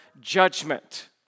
judgment